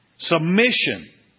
Submission